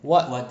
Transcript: what